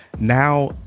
Now